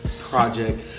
project